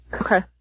Okay